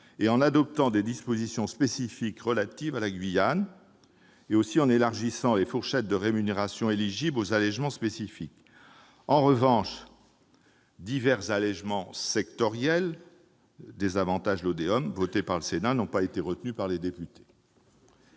en adoptant des dispositions spécifiques relatives à la Guyane et en élargissant les fourchettes de rémunérations éligibles aux allégements spécifiques. En revanche, les divers élargissements sectoriels des « avantages LODEOM » votés par le Sénat n'ont pas été retenus par les députés.